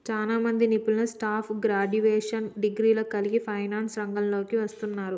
చాలామంది నిపుణులు soft graduation డిగ్రీలను కలిగి ఫైనాన్స్ రంగంలోకి వస్తున్నారు